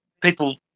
people